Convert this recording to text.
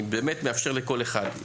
אני מאפשר לכל אחד לדבר.